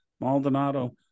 Maldonado